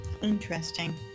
Interesting